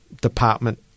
department